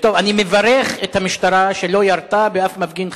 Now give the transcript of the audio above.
אני מברך את המשטרה, שלא ירתה בשום מפגין חרדי.